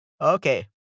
Okay